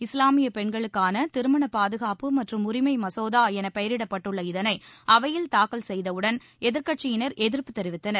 இஸ்லாமிய பெண்களுக்கான திருமண பாதுகாப்பு மற்றும் உரிமை மசோதா எனப் பெயரிடப்பட்டுள்ள இதனை அவையில் தாக்கல் செய்தவுடன் எதிர்கட்சியினர் எதிர்ப்பு தெரிவித்தனர்